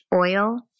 oil